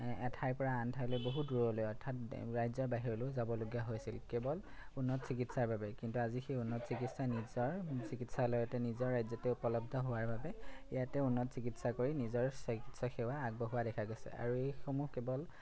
এঠাইৰ পৰা আন ঠাইলৈ বহুত দূৰলৈ অৰ্থাৎ ৰাজ্যৰ বাহিৰলৈও যাবলগীয়া হৈছিল কেৱল উন্নত চিকিৎসাৰ বাবে কিন্তু আজি সেই উন্নত চিকিৎসা নিজৰ চিকিৎসালয়তে নিজৰ ৰাজ্যতে উপলব্ধ হোৱাৰ বাবে ইয়াতে উন্নত চিকিৎসা কৰি নিজৰ চিকিৎসা সেৱা আগবঢ়োৱা দেখা গৈছে আৰু এইসমূহ কেৱল